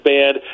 Band